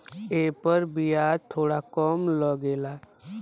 एपर बियाज थोड़ा कम लगला